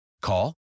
Call